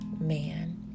man